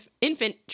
infant